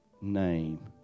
name